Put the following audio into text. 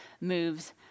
moves